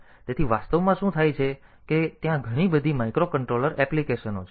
તેથી વાસ્તવમાં શું થાય છે કે ત્યાં ઘણી બધી માઇક્રોકન્ટ્રોલર એપ્લિકેશનો છે